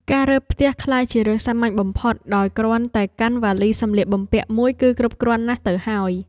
ការរើផ្ទះក្លាយជារឿងសាមញ្ញបំផុតដោយគ្រាន់តែកាន់វ៉ាលីសម្លៀកបំពាក់មួយគឺគ្រប់គ្រាន់ណាស់ទៅហើយ។